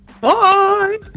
Bye